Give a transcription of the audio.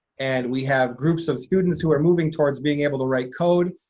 and we have groups of students who are moving towards being able to write code,